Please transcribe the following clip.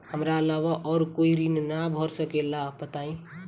हमरा अलावा और कोई ऋण ना भर सकेला बताई?